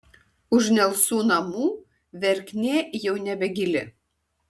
už nelsų namų verknė jau nebegili